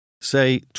Say